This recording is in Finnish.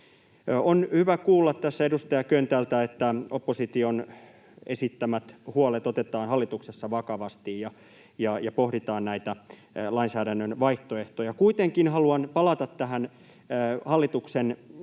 On hyvä kuulla tässä edustaja Köntältä, että opposition esittämät huolet otetaan hallituksessa vakavasti ja pohditaan näitä lainsäädännön vaihtoehtoja. Kuitenkin haluan palata tähän sisäministeri